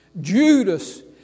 Judas